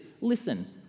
listen